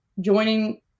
joining